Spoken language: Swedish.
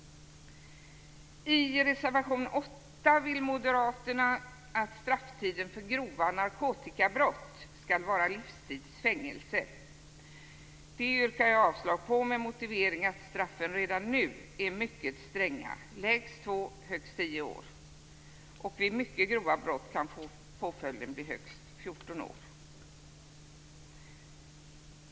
I reservation 8 från moderaterna föreslås att strafftiden för grova narkotikabrott skall vara livstids fängelse. Jag yrkar avslag på detta med motiveringen att straffen redan nu är mycket stränga, lägst 2 och högst 10 år. Vid mycket grova brott kan påföljden bli högst 14 år.